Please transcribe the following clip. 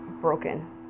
broken